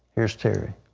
here is terry.